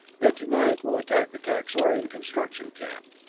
then tonight we'll attack the kaxorian construction camp.